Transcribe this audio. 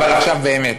אבל עכשיו באמת.